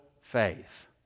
faith